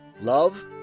love